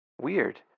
Weird